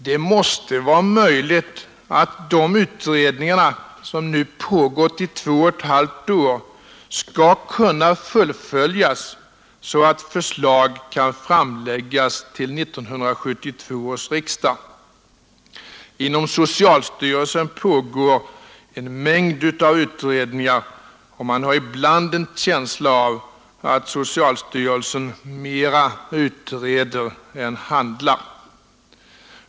Det måste vara möjligt att dessa utredningar som nu pågått i två och ett halvt år skall kunna fullföljas så att förslag kan framläggas till 1972 års riksdag. Inom socialstyrelsen pågår en mängd utredningar, och man har ibland en känsla av att socialstyrelsen mera utreder än handlar.